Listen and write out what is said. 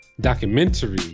documentary